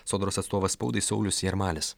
sodros atstovas spaudai saulius jarmalis